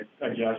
adjust